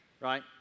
right